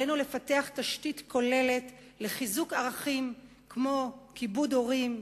עלינו לפתח תשתית כוללת לחיזוק ערכים כמו כיבוד הורים,